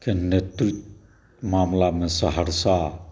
के नेतृत्व मामलामे सहरसा